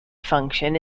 function